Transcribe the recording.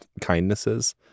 kindnesses